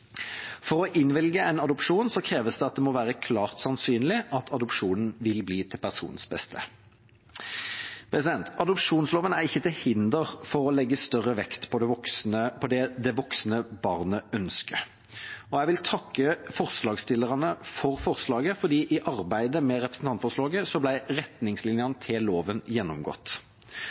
For å innvilge en adopsjon kreves det at det må være klart sannsynlig at adopsjonen vil bli til personens beste. Adopsjonsloven er ikke til hinder for å legge større vekt på det det voksne barnet ønsker. Jeg vil takke forslagsstillerne for forslaget, for i arbeidet med representantforslaget ble retningslinjene til loven gjennomgått,